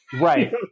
Right